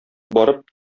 барып